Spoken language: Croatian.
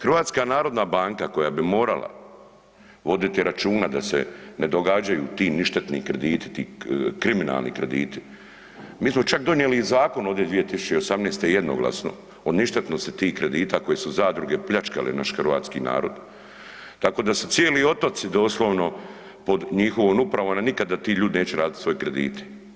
HNB koja bi morala voditi računa da se ne događaju ti ništetni krediti ti kriminalni krediti, mi smo čak donijeli i zakon ovdje 2018. jednoglasno o ništetnosti tih kredita koje su zadruge pljačkale naš hrvatski naroda tako da se cijeli otoci pod njihovom upravom, a nikada ti ljudi neće vratiti svoje kredite.